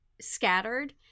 scattered